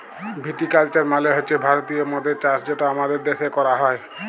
ভিটি culture মালে হছে ভারতীয় মদের চাষ যেটা আমাদের দ্যাশে ক্যরা হ্যয়